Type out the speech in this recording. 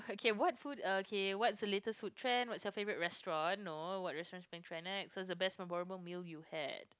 okay what food okay what's latest food trend what's your favorite restaurant no no restaurant being trend so the best environment meal you had